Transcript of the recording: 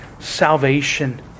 salvation